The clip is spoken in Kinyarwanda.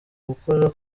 gukora